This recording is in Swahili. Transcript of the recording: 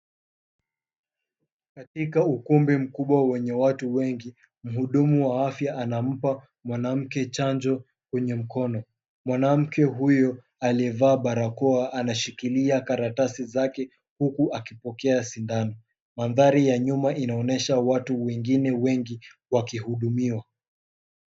Katika ukumbi mkubwa wenye watu wengi, mhudumu wa afya anampa mwanamke chanjo kwenye mkono. Mwanamke huyo aliyevaa barakoa anashikilia karatasi zake huku akipokea sindano. Mandhari ya nyuma inaonyesha watu wengine wengi wakihudumiwa.